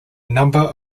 number